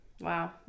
wow